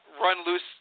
run-loose